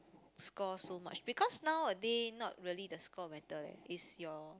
score so much because nowadays not really the score matter lah is your